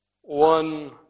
One